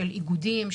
של איגודים,